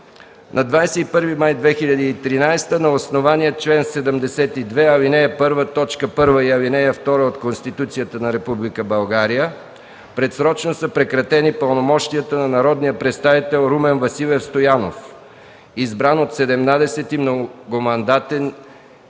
„На 21 май 2013 г., на основание чл. 72, ал. 1, т. 1 и ал. 2 от Конституцията на Република България, предсрочно са прекратени пълномощията на народния представител Румен Василев Стоянов, избран от 17. многомандатен